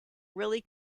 really